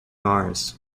mars